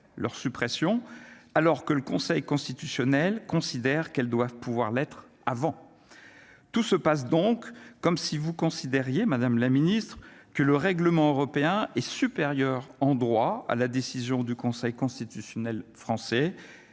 leur suppression, alors que le Conseil constitutionnel considère qu'elles doivent pouvoir l'être avant tout se passe donc comme si vous considériez, Madame la Ministre, que le règlement européen est supérieur en droit à la décision du conseil constitutionnel français,